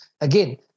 again